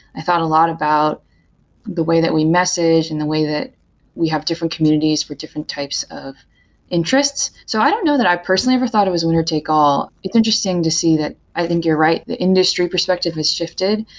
i thought a lot about the way that we message and the way that we have different communities for different types of interests. so i don't know that i personally ever thought it was winner-take-al l. it's interesting to see that i think you're right, the industry perspective has shifted.